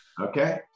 Okay